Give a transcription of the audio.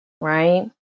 right